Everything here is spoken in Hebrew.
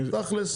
תכלס